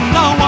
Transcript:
no